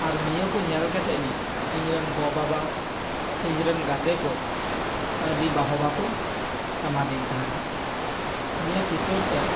ᱟᱨ ᱱᱤᱭᱟᱹ ᱠᱚ ᱧᱮᱞ ᱠᱟᱛᱮᱫ ᱜᱮ ᱤᱧ ᱨᱮᱱ ᱜᱚ ᱵᱟᱵᱟ ᱤᱧ ᱨᱮᱱ ᱜᱟᱛᱮ ᱠᱚ ᱟᱹᱰᱤ ᱵᱟᱦᱚᱵᱟ ᱠᱚ ᱮᱢᱟᱫᱤᱧ ᱛᱟᱦᱮᱱᱟ ᱱᱤᱭᱟᱹ ᱪᱤᱛᱟᱹᱨ ᱛᱮ